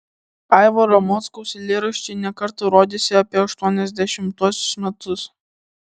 aivaro mockaus eilėraščiai ne kartą rodėsi apie aštuoniasdešimtuosius metus